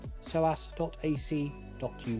soas.ac.uk